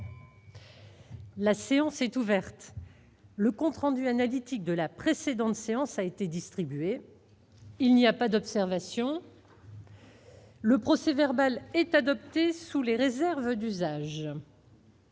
La séance est ouverte. Le compte rendu analytique de la précédente séance a été distribué. Il n'y a pas d'observation ?... Le procès-verbal est adopté sous les réserves d'usage.